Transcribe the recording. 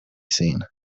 scene